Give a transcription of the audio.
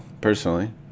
personally